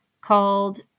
called